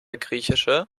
griechische